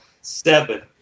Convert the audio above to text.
seven